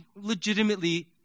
legitimately